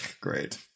Great